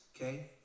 okay